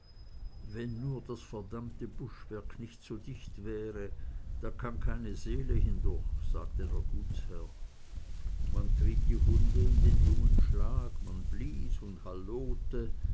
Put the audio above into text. wenn nur das verdammte buschwerk nicht so dicht wäre da kann keine seele hindurch sagte der gutsherr man trieb die hunde in den jungen schlag man blies und hallote